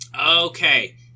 Okay